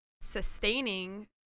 sustaining